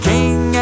King